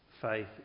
faith